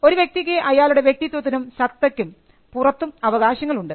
ഒരു വ്യക്തിക്ക് അയാളുടെ വ്യക്തിത്വത്തിനും സത്തയ്ക്കും പുറത്തും അവകാശങ്ങൾ ഉണ്ട്